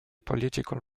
political